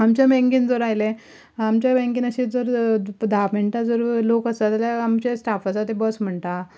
आमच्या बँकेन जर आयलें आमच्या बँकेन अशें जर धा मिनटां जर लोक आसा जाल्या आमच्या स्टाफ आसा ते बस म्हणटा